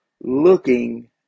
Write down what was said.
looking